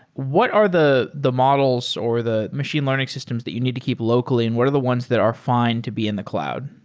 what are the the models, or the machine learning systems that you need to keep locally and what are the ones that are fi ne and to be in the cloud?